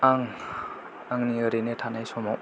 आं आंनि ओरैनो थानाय समाव